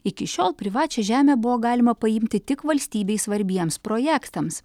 iki šiol privačią žemę buvo galima paimti tik valstybei svarbiems projektams